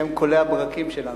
הם כולאי הברקים שלנו.